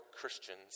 Christians